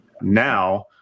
now